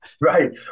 Right